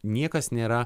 niekas nėra